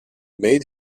made